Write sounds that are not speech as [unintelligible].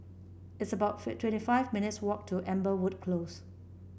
it's about [unintelligible] twenty five minutes' walk to Amberwood Close